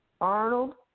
Arnold –